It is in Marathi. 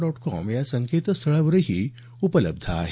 डॉट कॉम या संकेतस्थळावरही उपलब्ध आहे